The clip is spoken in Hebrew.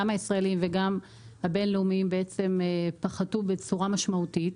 גם הישראלים וגם הבין-לאומיים פחתו בצורה משמעותית.